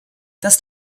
das